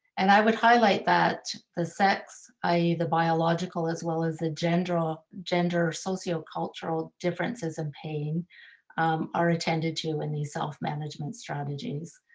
and i would highlight that the sex, the biological, as well as the gender ah gender socio-cultural differences in pain are attended to in these self-management strategies.